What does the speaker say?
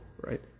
Right